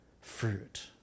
fruit